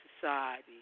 society